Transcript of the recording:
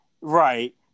Right